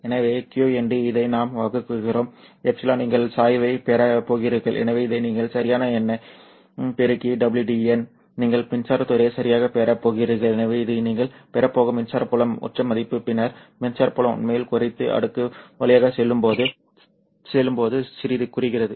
எனவே qNd இதை நாம் வகுக்கிறோம் ε நீங்கள் சாய்வைப் பெறப் போகிறீர்கள் எனவே இதை நீங்கள் சரியான எண்ணைப் பெருக்கி WdN நீங்கள் மின்சாரத் துறையை சரியாகப் பெறப் போகிறீர்கள் எனவே இது நீங்கள் பெறப் போகும் மின்சார புலம் உச்ச மதிப்பு பின்னர் மின்சார புலம் உண்மையில் குறைந்து அடுக்கு வழியாக செல்லும்போது சிறிது குறைகிறது